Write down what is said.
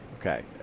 Okay